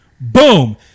Boom